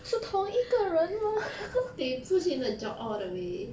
so they push in the jaw all the way